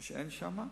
מה שאין שם,